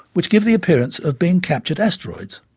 which give the appearance of being captured asteroids.